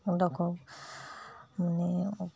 এডোখৰ মানে